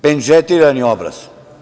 Pendžetirani obraz.